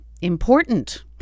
important